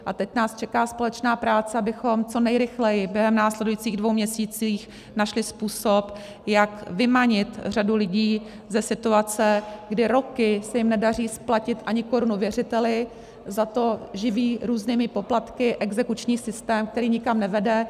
A teď nás čeká společná práce, abychom co nejrychleji během následujících dvou měsíců našli způsob, jak vymanit řadu lidí ze situace, kdy roky se jim nedaří splatit ani korunu věřiteli, zato živí různými poplatky exekuční systém, který nikam nevede.